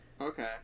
Okay